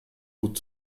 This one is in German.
gut